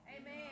Amen